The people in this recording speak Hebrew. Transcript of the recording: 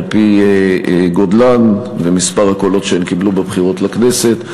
על-פי גודלן ומספר הקולות שהן קיבלו בבחירות לכנסת,